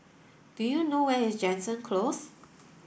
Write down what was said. do you know where is Jansen Close